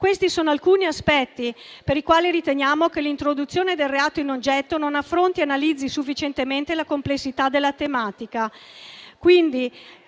questi sono alcuni degli aspetti per i quali riteniamo che l'introduzione del reato in oggetto non affronti e analizzi sufficientemente la complessità della tematica.